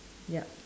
ya